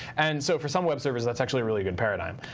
and so for some web servers, that's actually a really good paradigm.